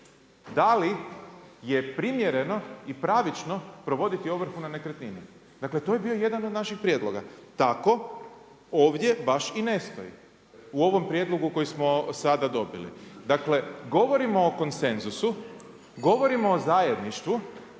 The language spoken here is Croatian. da li je primjereno i pravično provoditi ovrhu na nekretninu. Dakle, to je bio jedan od naših prijedloga. Tako, ovdje baš i ne stoji, u ovom prijedlogu koji smo sada dobili. Dakle, govorimo o konsenzusu, govorimo o zajedništvu,